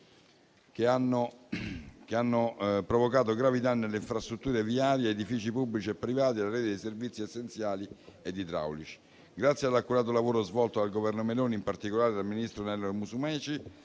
che hanno provocato gravi danni alle infrastrutture viarie, agli edifici pubblici e privati e alla rete dei servizi essenziali e idraulici. Grazie all'accurato lavoro svolto dal Governo Meloni, in particolare dal ministro Nello Musumeci,